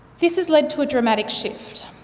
this has led to a dramatic shift.